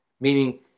Meaning